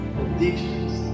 addictions